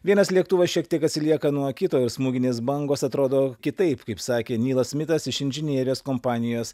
vienas lėktuvas šiek tiek atsilieka nuo kito ir smūginės bangos atrodo kitaip kaip sakė neilas smitas iš inžinierės kompanijos